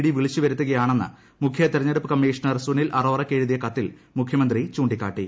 D വിളിച്ചുവരുത്തുകയാണെന്ന് മുഖ്യ തെരഞ്ഞെടുപ്പ് കമ്മിഷണർ സുനിൽ അറോറക്ക് എഴുതിയ കത്തിൽ മുഖ്യമന്ത്രി ചൂണ്ടിക്കാട്ടി